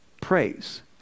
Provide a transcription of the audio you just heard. praise